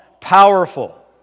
powerful